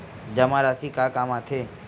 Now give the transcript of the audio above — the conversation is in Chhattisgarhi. जमा राशि का काम आथे?